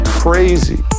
crazy